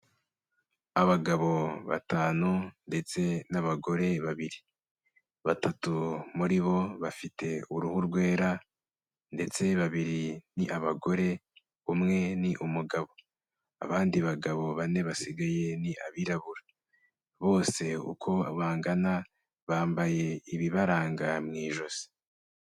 Abagabo batanu ndetse n'abagore babiri, batatu muri bo bafite uruhu rwera ndetse babiri ni abagore, umwe ni umugabo, abandi bagabo bane basigaye ni abirabura, bose uko bangana bambaye ibibaranga mu ijosi.